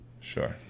Sure